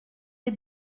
des